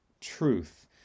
truth